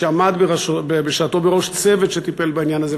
שעמד בשעתו בראש צוות שטיפל בעניין הזה,